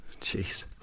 Jeez